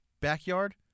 Backyard